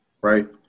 right